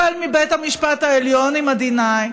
החל מבית המשפט העליון, עם ה-D9,